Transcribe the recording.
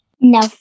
No